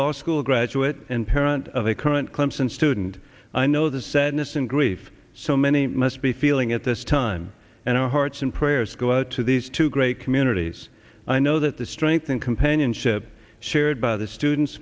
law school graduate and parent of a current clemson student i know the sadness and grief so many must be feeling at this time and our hearts and prayers go out to these two great communities i know that the strength and companionship shared by the students